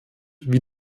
wie